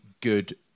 good